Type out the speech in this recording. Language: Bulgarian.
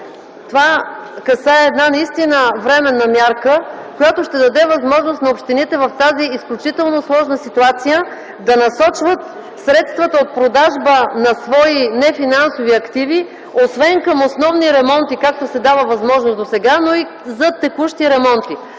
ми касае една временна мярка, която ще даде възможност на общините в тази изключително сложна ситуация да насочват средствата от продажба на свои нефинансови активи освен към основни ремонти, каквато възможност е дадена досега, но и към текущи ремонти.